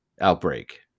outbreak